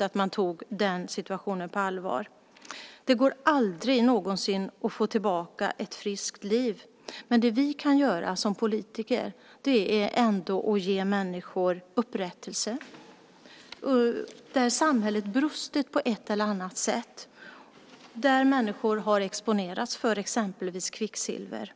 att man tog situationen på allvar. Man kan aldrig få tillbaka ett friskt liv, men vi politiker kan ändå ge människor upprättelse där samhället har brustit på ett eller annat sätt och där människor har exponerats för exempelvis kvicksilver.